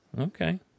Okay